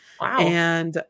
Wow